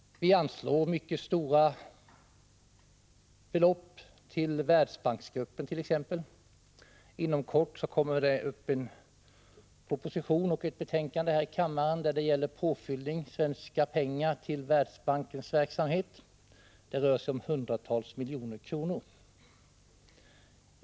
Vi anslår t.ex. stora summor till Världsbanksgruppen. Inom kort kommer det upp ett betänkande till behandling här i kammaren som gäller påfyllning av svenska pengar till Världsbankens verksamhet. Det rör sig om hundratals miljoner kronor.